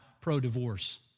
pro-divorce